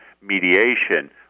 mediation